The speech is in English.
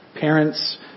parents